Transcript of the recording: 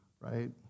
right